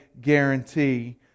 guarantee